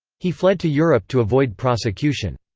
he fled to europe to avoid prosecution.